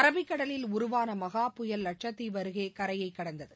அரபிக்கடலில் உருவான மன புயல் லட்சத்தீவு அருகே கரையை கடந்தது